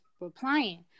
replying